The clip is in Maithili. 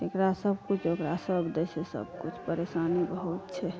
जकरा सब किछु ओकरा सब दै छै सब किछु परेशानी बहुत छै